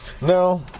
No